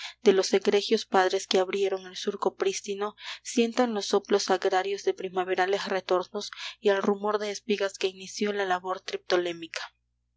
de los egregios padres que abrieron el surco prístino sientan los soplos agrarios de primaverales retornos y el rumor de espigas que inició la labor